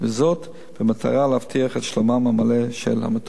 במטרה להבטיח את שלומם המלא של המטופלים.